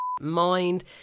mind